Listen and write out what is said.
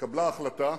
התקבלה החלטה,